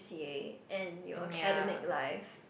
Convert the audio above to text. C_A and your academic life